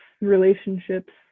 relationships